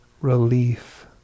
relief